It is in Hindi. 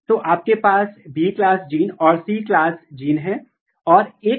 तो इसका मतलब है कि एक इंटरेक्शन है CONSTANST FT से ऊपर है और यह FT के माध्यम से रेगुलेट कर रहा है